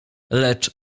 lecz